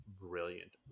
brilliant